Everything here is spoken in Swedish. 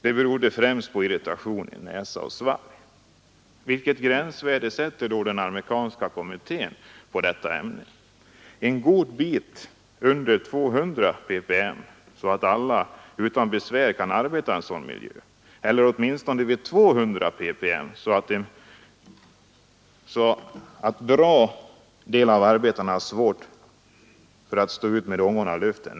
Det berodde främst på irritation i näsa och svalg. Vilket gränsvärde sätter då den amerikanska kommittén för etylacetat? En god bit under 200 ppm, så att alla utan besvär kan arbeta i en sådan miljö? Eller åtminstone vid 200 ppm, så att bara en del av arbetarna har svårt för att stå ut med ångorna i luften?